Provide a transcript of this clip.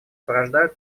порождают